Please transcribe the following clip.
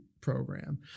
program